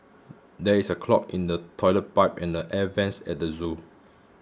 there is a clog in the toilet pipe and air vents at the zoo